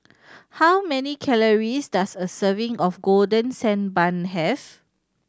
how many calories does a serving of Golden Sand Bun have